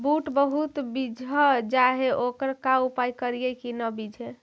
बुट बहुत बिजझ जा हे ओकर का उपाय करियै कि न बिजझे?